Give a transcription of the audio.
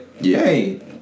yay